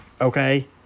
Okay